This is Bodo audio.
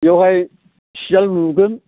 बेवहाय सियाल नुगोन